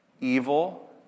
evil